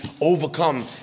overcome